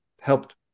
helped